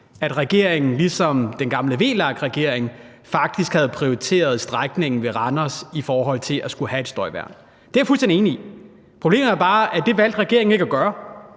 at regeringen ligesom den gamle VLAK-regering faktisk havde prioriteret strækningen ved Randers i forhold til at skulle have et støjværn – det er jeg fuldstændig enig i. Problemet er bare, at det valgte regeringen ikke at gøre.